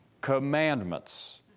commandments